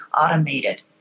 automated